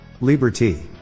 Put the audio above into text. Liberty